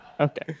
Okay